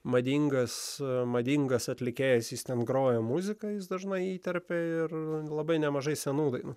madingas madingas atlikėjas jis ten groja muziką jis dažnai įterpė ir labai nemažai senų laikų